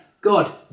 god